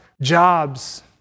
jobs